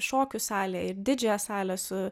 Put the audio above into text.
šokių salę ir didžiąją salę su